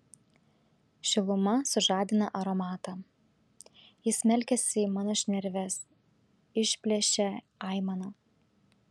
šiluma sužadina aromatą jis smelkiasi į mano šnerves išplėšia aimaną